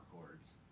chords